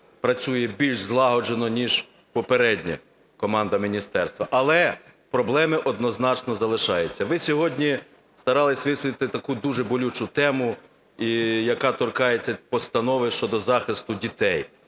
працює більш злагоджено, ніж попередня команда міністерства. Але проблеми однозначно залишаються. Ви сьогодні старалися висвітлити таку дуже болючу тему, яка торкається Постанови щодо захисту дітей.